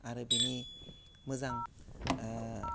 आरो बिनि मोजां